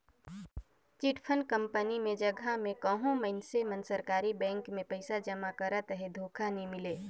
chit fund company कर जगहा में कहों मइनसे मन सरकारी बेंक में पइसा जमा करत अहें धोखा नी मिले